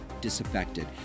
disaffected